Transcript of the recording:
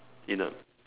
in a